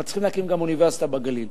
אבל צריכים להקים גם אוניברסיטה בגליל.